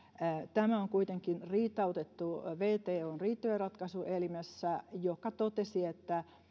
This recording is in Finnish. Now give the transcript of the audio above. tämä on kuitenkin riitautettu wton riitojenratkaisuelimessä joka totesi että